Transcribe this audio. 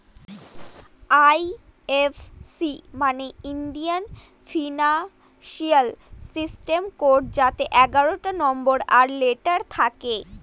IFC মানে Indian financial system code যাতে এগারোটা নম্বর আর লেটার থাকে